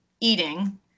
eating